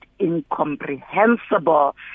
incomprehensible